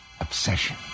Obsession